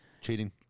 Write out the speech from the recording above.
Cheating